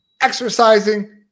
Exercising